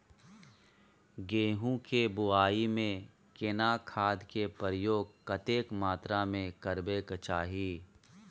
गेहूं के बुआई में केना खाद के प्रयोग कतेक मात्रा में करबैक चाही?